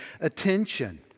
attention